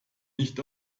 nicht